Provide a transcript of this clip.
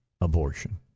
abortion